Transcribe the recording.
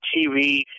TV